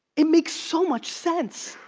it makes so much sense.